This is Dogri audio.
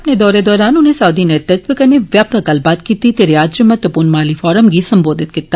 अपने दौरे दौरान उनें साउदी नेतृत्व कन्नै व्यापक गल्लबात कीती ते रियाद इक महत्वपूर्ण माली फोरम गी संबोधित कीता